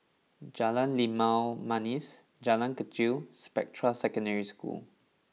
Jalan Limau Manis Jalan Kechil and Spectra Secondary School